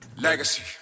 legacy